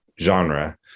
genre